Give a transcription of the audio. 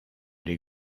les